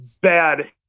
bad